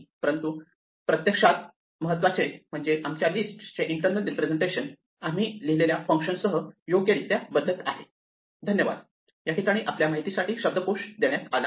परंतु प्रत्यक्षात महत्त्वाचे म्हणजे आमच्या लिस्ट चे इंटर्नल रिप्रेसेंटेशन आम्ही लिहिलेल्या फंक्शन्ससह योग्यरित्या बदलत आहे